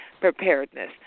preparedness